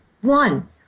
one